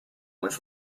was